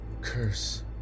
Curse